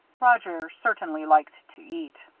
roger certainly liked to eat.